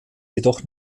jedoch